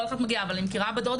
כל אחת אומרת אבל אני מכירה מישהי